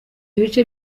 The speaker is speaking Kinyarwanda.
ibice